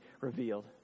revealed